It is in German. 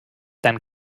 dann